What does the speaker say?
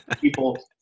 people